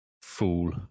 Fool